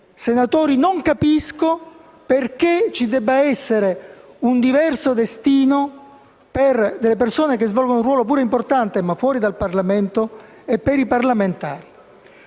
colleghi, non capisco perché ci debba essere un diverso destino per delle persone che svolgono un ruolo pure importante, ma fuori dal Parlamento, e per i parlamentari.